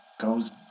goes